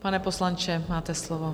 Pane poslanče, máte slovo.